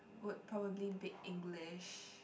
would probably be English